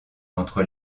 entre